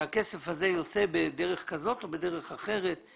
הכסף הזה יוצא בדרך כזאת או בדרך אחרת.